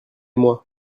moi